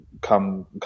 come